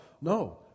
No